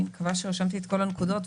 אני מקווה שרשמתי את כל הנקודות,